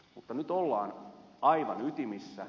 mutta nyt ollaan aivan ytimissä